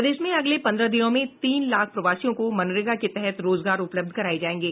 प्रदेश में अगले पन्द्रह दिनों में तीन लाख प्रवासियों को मनरेगा के तहत रोजगार उपलब्ध कराये जायेंगे